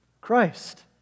Christ